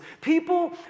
people